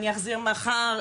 אני אחזיר מחר,